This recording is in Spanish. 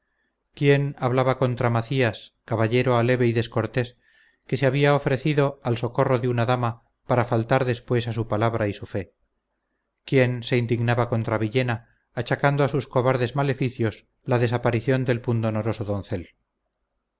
quién hablaba contra macías caballero aleve y descortés que se había ofrecido al socorro de una dama para faltar después a su palabra y su fe quién se indignaba contra villena achacando a sus cobardes maleficios la desaparición del pundonoroso doncel